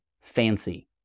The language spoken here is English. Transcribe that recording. fancy